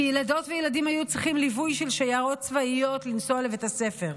שילדות וילדים היו צריכים ליווי של שיירות צבאיות לנסוע לבית הספר,